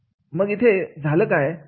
मग इथे काय झालं